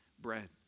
bread